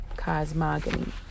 cosmogony